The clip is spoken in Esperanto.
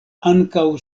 ankaŭ